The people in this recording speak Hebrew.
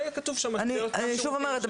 לא יהיה כתוב שם- -- אני שוב אומרת,